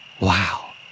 Wow